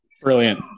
Brilliant